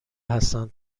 حسن